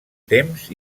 temps